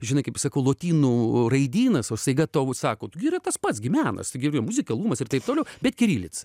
žinai kaip sakau lotynų raidynas o staiga tau sako gi yra tas pats gi menas taigi muzikalumas ir taip toliau bet kirilica